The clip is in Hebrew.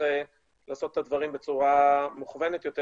לעשות את הדברים בצורה מוכוונת יותר,